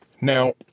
Now